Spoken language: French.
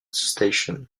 station